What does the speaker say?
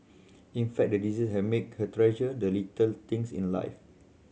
in fact the disease have make her treasure the little things in life